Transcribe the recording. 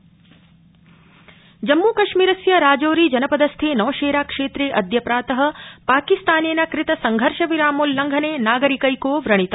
जम्मकश्मीरे संघर्षोल्लंघनम जम्मूकश्मीरस्य राजौरी जनपदस्थे नौशेरा क्षेत्रे अद्य प्रात पाकिस्तानेन कृत संघर्ष विरामोल्लंघने नागरिकैको व्रणित